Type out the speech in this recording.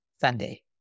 Sunday